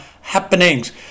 happenings